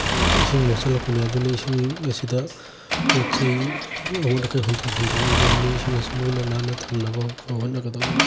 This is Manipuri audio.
ꯏꯁꯤꯡ ꯃꯣꯠꯁꯤꯜꯂꯛꯄꯅꯦ ꯑꯗꯨꯅ ꯏꯁꯤꯡ ꯑꯁꯤꯗ ꯄꯣꯠ ꯆꯩ ꯑꯃꯣꯠ ꯑꯀꯥꯏ ꯍꯨꯟꯗꯣꯛꯑꯣꯏꯗꯕꯅꯤ ꯏꯁꯤꯡ ꯑꯁꯤ ꯂꯨꯅ ꯅꯥꯟꯅ ꯊꯝꯅꯕ ꯍꯣꯠꯅꯒꯗꯧꯕꯅꯤ